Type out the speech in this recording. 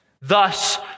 thus